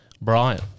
Brian